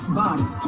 body